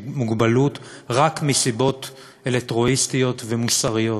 מוגבלות רק מסיבות אלטרואיסטיות ומוסריות,